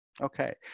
Okay